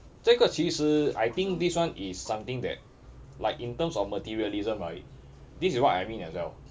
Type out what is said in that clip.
这个其实 I think this one is something that like in terms of materialism right this is what I mean as well